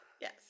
Yes